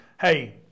hey